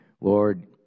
Lord